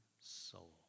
soul